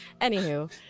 Anywho